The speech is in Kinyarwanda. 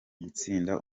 gutsinda